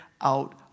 out